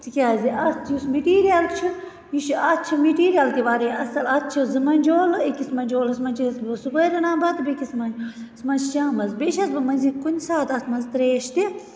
تکیٛازِ اتھ یُس مِٹیٖریل چھُ یہِ چھُ اتھ چھِنہٕ مِٹیٖریل تہِ وَنان واریاہ اصٕل اَتھ چھِ زٕ مَنجول أکِس مَنجولَس مَنٛز چھِ أسۍ صُبحٲے رَنان بَتہٕ بیٚیِس مَنٛجولَس مَنٛز چھِ شامَس بیٚیہِ چھَس بہٕ مٔنٛزی کُنہِ ساتہٕ اَتھ مَنٛز ترٛیٚش تہِ